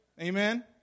Amen